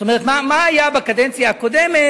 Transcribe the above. זאת אומרת, מה היה בקדנציה הקודמת